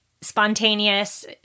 spontaneous